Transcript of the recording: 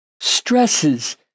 stresses